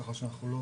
כך שאנחנו לא